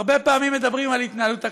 הרבה פעמים מדברים על התנהלות הכנסת.